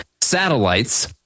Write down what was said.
satellites